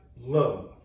love